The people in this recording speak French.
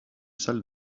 salle